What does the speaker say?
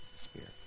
Spirit